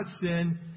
sin